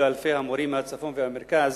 אלפי המורים מהצפון והמרכז